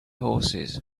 horses